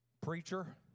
Preacher